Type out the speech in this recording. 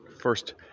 first